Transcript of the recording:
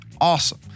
awesome